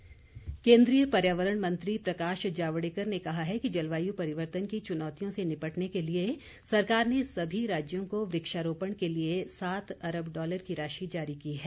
जावड़ेकर केन्द्रीय पर्यावरण मंत्री प्रकाश जावड़ेकर ने कहा है कि जलवायू परिवर्तन की चुनौतियों से निपटने के लिए सरकार ने सभी राज्यों को वक्षारोपण के लिए सात अरब डॉलर की राशि जारी की है